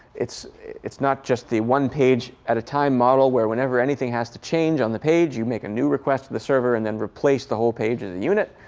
it's it's not just the one page at a time model where whenever anything has to change on the page you make a new request to the server and then replace the whole page of the unit.